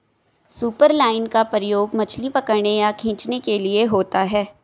superline का प्रयोग मछली पकड़ने व खींचने के लिए होता है